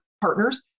partners